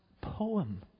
poem